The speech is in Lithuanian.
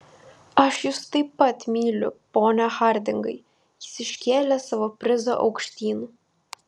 aš jus taip pat myliu pone hardingai jis iškėlė savo prizą aukštyn